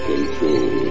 Control